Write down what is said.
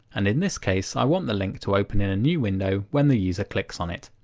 and in this case i want the link to open in a new window when the user clicks on it.